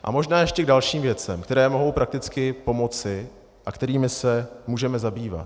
A možná ještě k dalším věcem, které mohou prakticky pomoci a kterými se můžeme zabývat.